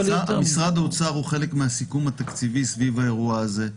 משרד האוצר הוא חלק מהסיכום התקציבי סביב האירוע הזה.